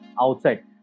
outside